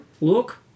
look